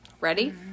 Ready